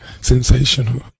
Sensational